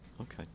okay